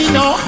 no